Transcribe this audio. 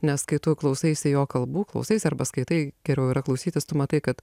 nes kai tu klausaisi jo kalbų klausaisi arba skaitai geriau yra klausytis tu matai kad